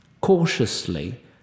Cautiously